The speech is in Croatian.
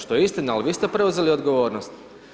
Što je istina, ali vi ste preuzeli odgovornost.